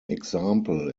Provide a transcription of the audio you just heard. example